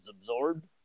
absorbed